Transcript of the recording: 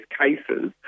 cases